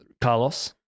Carlos